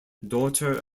daughter